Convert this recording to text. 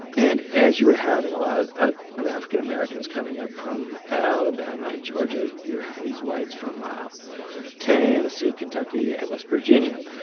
and and as you were having a lot ah of african-americans coming up from alabama and georgia, you were having these whites from ah tennessee, kentucky and west virginia.